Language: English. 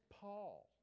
Paul